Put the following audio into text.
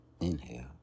Inhale